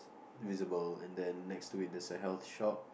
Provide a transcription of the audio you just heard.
visible and then next to it there's a health shop